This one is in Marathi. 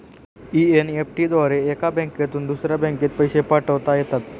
एन.ई.एफ.टी द्वारे एका बँकेतून दुसऱ्या बँकेत पैसे पाठवता येतात